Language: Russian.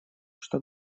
что